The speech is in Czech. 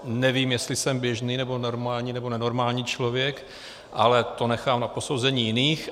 Nevím, jestli jsem běžný nebo normální nebo nenormální člověk, ale to nechám na posouzení jiných.